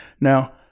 Now